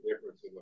difference